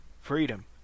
freedom